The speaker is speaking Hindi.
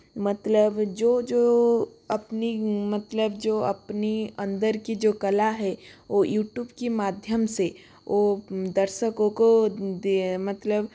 मतलब जो जो अपनी मतलब जो अपनी अंदर की जो कला है वो यूट्यूब की माध्यम से वो दर्शकों को दे मतलब